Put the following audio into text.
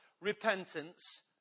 repentance